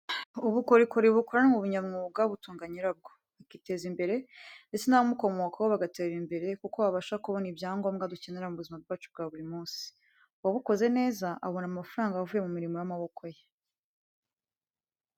Ubukorikori bukoranywe ubunyamwuga butunga nyirabwo, akiteza imbere ndetse n'abamukomokaho bagatera imbere kuko babasha kubona ibyangombwa dukenera mu buzima bwacu bwa buri munsi. Uwabukoze neza abona amafaranga avuye mumirimo y'amaboko ye.